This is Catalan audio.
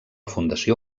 fundació